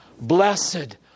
Blessed